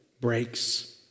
breaks